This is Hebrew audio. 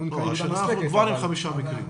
אנחנו כבר עם חמישה מקרים.